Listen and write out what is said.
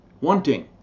wanting